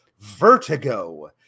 Vertigo